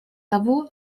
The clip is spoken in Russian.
того